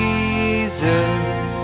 Jesus